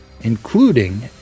including